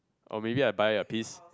or maybe I buy a piece